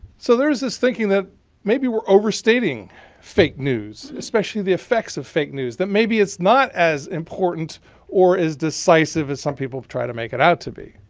so there's this thinking that maybe we're overstating fake news, especially the effects of fake news, that maybe it's not as important or as decisive as some people have tried to make it out to be.